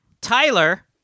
Tyler